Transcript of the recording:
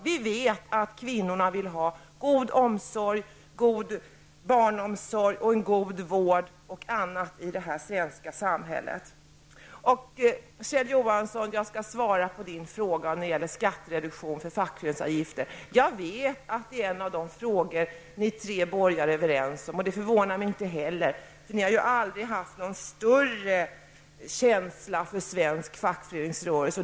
Vi vet att kvinnorna vill ha god omsorg, god barnomsorg och en god vård i det svenska samhället. Jag skall svara på Kjell Johanssons fråga när det gäller skattereduktion för fackföreningsavgifter. Jag vet att det är en av de frågor som ni tre borgerliga partier är överens om. Det förvånar mig inte heller, eftersom ni aldrig har haft någon större känsla för den svenska fackföreningsrörelsen.